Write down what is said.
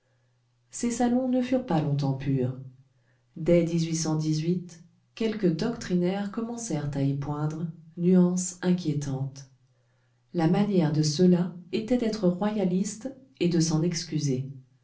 ces salons ne furent pas longtemps purs dès quelques doctrinaires commencèrent à y poindre nuance inquiétante la manière de ceux-là était d'être royalistes et de s'en excuser